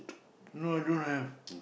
no I don't have